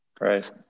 Right